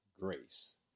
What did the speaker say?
grace